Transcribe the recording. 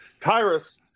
tyrus